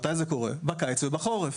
זה קורה בקיץ ובחורף.